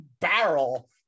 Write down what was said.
barrel